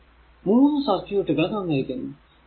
ഇതിൽ 3 സർക്യൂട്ടുകൾ തന്നിരിക്കുന്നു